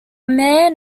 man